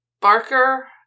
Barker